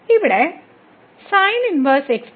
ഇവിടെ sin 1x2y 3x6y